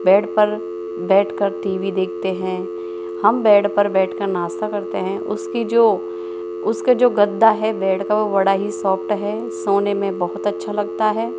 bed पर बैठकर T V देखते हैं हम बेड पर बैठकर नाश्ता करते हैं उसकी जो उसका जो गद्दा है बेड का वो बड़ा ही सॉफ़्ट है सोने में बहुत ही अच्छा लगता है